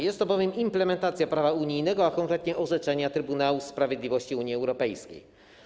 Jest to bowiem implementacja prawa unijnego, a konkretnie orzeczenia Trybunału Sprawiedliwości Unii Europejskiej.